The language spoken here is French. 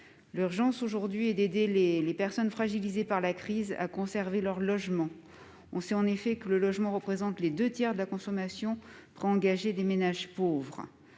L'urgence aujourd'hui est d'aider les personnes fragilisées par la crise à conserver leur logement. On sait en effet que le logement représente les deux tiers de la consommation préengagée des ménages pauvres.